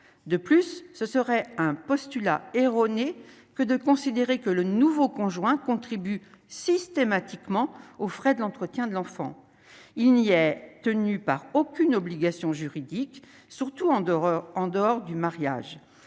de plus, ce serait un postulat erroné que de considérer que le nouveau conjoint contribuent systématiquement aux frais de l'entretien de l'enfant, il n'y ait tenu par aucune obligation juridique, surtout en dehors, en